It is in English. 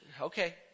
okay